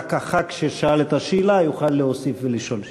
שרק הח"כ ששאל את השאלה יוכל להוסיף ולשאול שאלה.